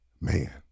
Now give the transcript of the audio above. man